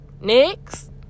Next